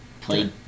Play